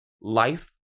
Life